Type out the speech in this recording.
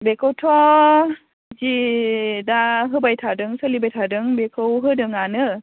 बेखौथ' जि दा होबायथादों सोलिबायथादों बेखौ होदोंआनो